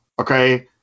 okay